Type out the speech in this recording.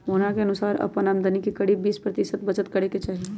मोहना के अनुसार अपन आमदनी के करीब बीस प्रतिशत बचत करे के ही चाहि